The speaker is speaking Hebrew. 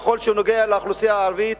ככל שהוא נוגע באוכלוסייה הערבית,